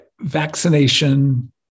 vaccination